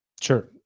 Sure